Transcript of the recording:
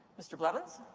mr. blevins?